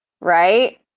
right